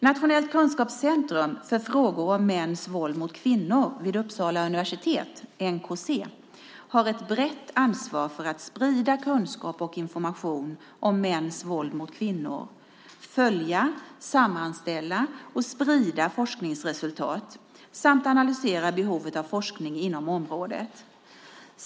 Nationellt kunskapscentrum för frågor om mäns våld mot kvinnor vid Uppsala universitet, NKC, har ett brett ansvar för att sprida kunskap och information om mäns våld mot kvinnor och följa, sammanställa och sprida forskningsresultat samt analysera behovet av forskning inom området.